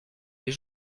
les